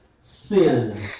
sin